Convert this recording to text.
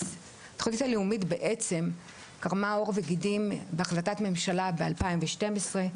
התוכנית הלאומית בעצם קרמה עור וגידים בהחלטת ממשלה ב- 2012,